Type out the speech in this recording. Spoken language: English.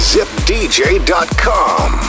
ZipDJ.com